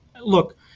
Look